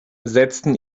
setzten